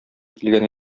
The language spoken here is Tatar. килгән